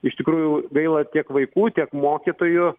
iš tikrųjų gaila tiek vaikų tiek mokytojų